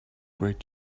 great